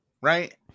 Right